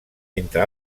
entre